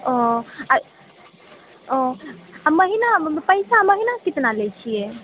ओ अऽ ओ आ महीनामे पइसा महीना कितना लए छिऐ